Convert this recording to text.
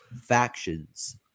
factions